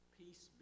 peace